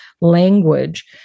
language